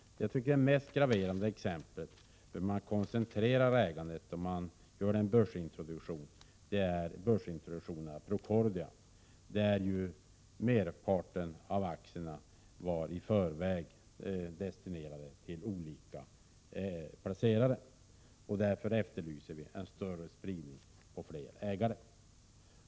Jag tycker att det mest graverande exemplet på hur man koncentrerar ägandet i samband med en börsintroduktion är börsintroduktionen av Procordia, där ju merparten av aktierna var i förväg destinerade till olika placerare. Därför efterlyser vi en större spridning på fler ägare.